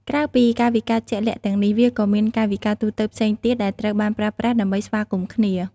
ក្រៅពីកាយវិការជាក់លាក់ទាំងនេះ វាក៏មានកាយវិការទូទៅផ្សេងទៀតដែលត្រូវបានប្រើប្រាស់ដើម្បីស្វាគមន៍គ្នា។